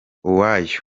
uwoya